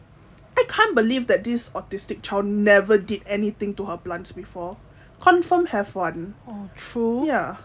I can't believe that this autistic child never did anything to her plants before confirm have [one] ya